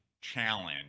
challenge